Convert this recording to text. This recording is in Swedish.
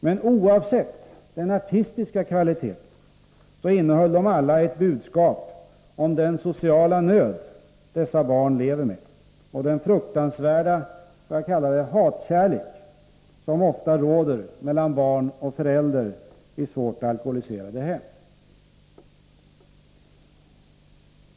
Men oavsett den artistiska kvaliteten innehöll de alla ett budskap om den sociala nöd dessa barn lever i och den fruktansvärda ”hatkärlek” som ofta råder mellan barn och förälder i svårt alkoholiserade hem.